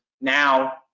Now